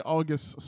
August